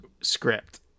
script